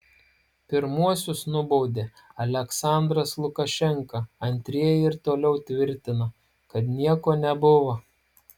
pirmuosius nubaudė aliaksandras lukašenka antrieji ir toliau tvirtina kad nieko nebuvo